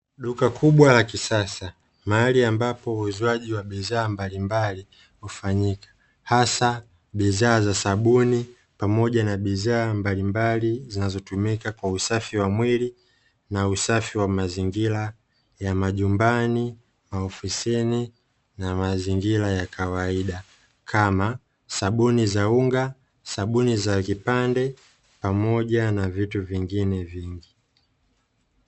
Duka kubwa la kisasa mahali ambapo uuzwaji wa bidhaa mbalimbali hufanyika hasa bidhaa za sabuni pamoja na bidhaa mbalimbali zinazotumika kwa usafi wa mwili na usafi wa mazingira ya majumbani, maofisini na mazingira ya kawaida kama: sabuni za unga, sabuni za kipande pamoja na vitu vingine vingi.